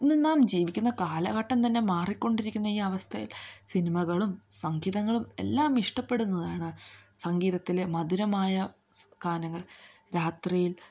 ഇന്ന് നാം ജീവിക്കുന്ന കാലഘട്ടം തന്നെ മാറിക്കൊണ്ടിരിക്കുന്ന ഈ അവസ്ഥയിൽ സിനിമകളും സംഗീതങ്ങളും എല്ലാം ഇഷ്ടപ്പെടുന്നതാണ് സംഗീതത്തിലെ മധുരമായ ഗാനങ്ങൾ രാത്രിയിൽ